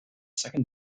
second